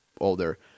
older